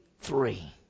Three